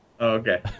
Okay